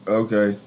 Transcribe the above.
okay